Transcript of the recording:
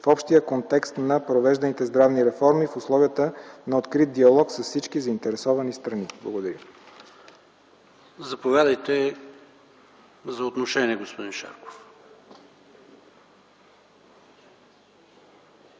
в общия контекст на провежданите здравни реформи в условията на открит диалог с всички заинтересовани страни. Благодаря. ПРЕДСЕДАТЕЛ ПАВЕЛ ШОПОВ: Заповядайте за отношение, господин Шарков.